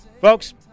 Folks